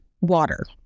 water